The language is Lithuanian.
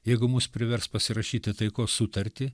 jeigu mus privers pasirašyti taikos sutartį